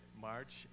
March